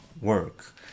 work